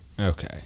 Okay